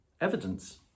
evidence